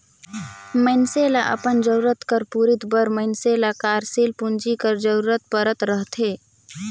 मइनसे ल अपन जरूरत कर पूरति बर मइनसे ल कारसील पूंजी कर जरूरत परत रहथे